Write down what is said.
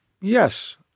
yes